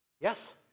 Yes